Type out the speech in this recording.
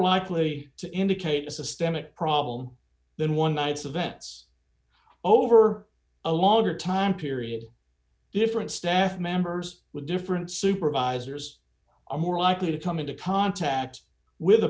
likely to indicate a systemic problem then one night's events over a longer time period different staff members with different supervisors are more likely to come into contact with